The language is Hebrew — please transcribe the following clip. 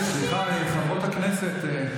סליחה, חברות הכנסת.